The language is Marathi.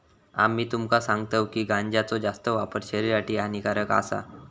आम्ही तुमका सांगतव की गांजाचो जास्त वापर शरीरासाठी हानिकारक आसा